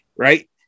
Right